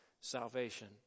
salvation